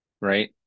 right